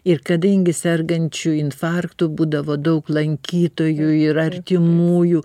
ir kadangi sergančiu infarktu būdavo daug lankytojų ir artimųjų